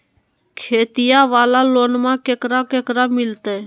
खेतिया वाला लोनमा केकरा केकरा मिलते?